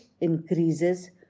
increases